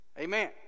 amen